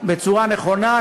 בצורה נכונה,